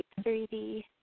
3D